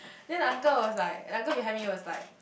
then the uncle was like the uncle behind me was like